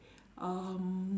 um